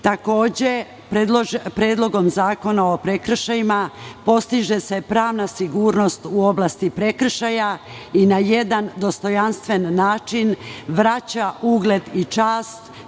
Takođe, Predlogom zakona o prekršajima postiže se pravna sigurnost u oblasti prekršaja i na jedan dostojanstven način vraća ugled i čast